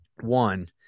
one